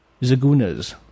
Zagunas